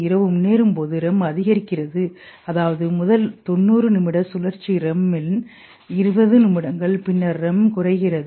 இரவு முன்னேறும்போது REM அதிகரிக்கிறது அதாவது முதல் 90 நிமிட சுழற்சி REM இன் 20 நிமிடங்கள் பின்னர் REM குறைகிறது